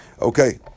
Okay